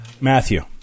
Matthew